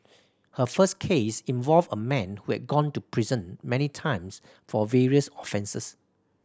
her first case involved a man who had gone to prison many times for various offences